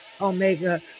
Omega